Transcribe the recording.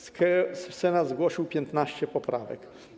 Senat zgłosił 15 poprawek.